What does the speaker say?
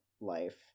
life